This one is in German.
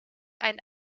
ein